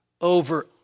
over